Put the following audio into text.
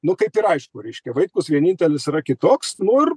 nu kaip ir aišku reiškia vaitkus vienintelis yra kitoks nu ir